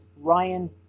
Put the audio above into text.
Ryan